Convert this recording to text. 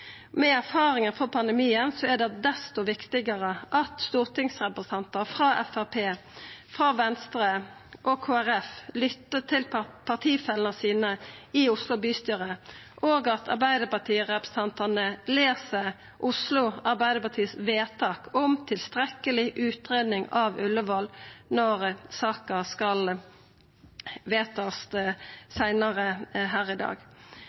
Med erfaringar frå pandemien er det desto viktigare at stortingsrepresentantar frå Framstegspartiet, Venstre og Kristeleg Folkeparti lyttar til partifellane sine i Oslo bystyre, og at